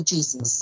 Jesus